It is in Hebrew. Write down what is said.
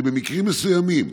שבמקרים מסוימים,